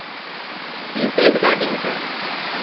you P I से कर देंगे सर